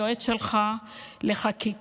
היועץ שלך לחקיקה,